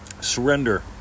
Surrender